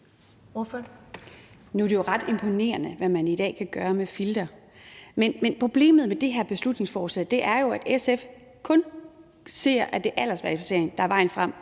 Nu er det jo ret imponerende, hvad man i dag kan gøre med filtre. Men problemet med det her beslutningsforslag er jo, at SF kun ser aldersverificering som vejen frem,